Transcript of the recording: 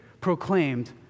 proclaimed